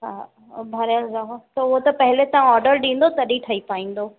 हा हो भरियल रओ त उओ त पहिरीं तव्हां ऑर्डर ॾींदव तॾहिं ठही पाईंदो